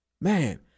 man